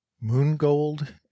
moon-gold